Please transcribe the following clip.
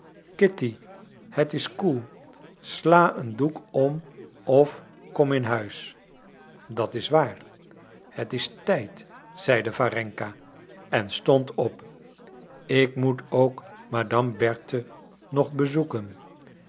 kitty het is koel sla een doek om of kom in huis dat is waar het is tijd zeide warenka en stond op ik moet ook madame berthe nog bezoeken